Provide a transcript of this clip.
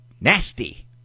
nasty